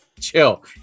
chill